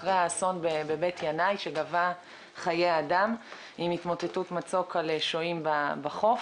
אחרי האסון בבית ינאי שגבה חיי אדם עם התמוטטות מצוק על שוהים בחוף.